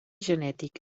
genètic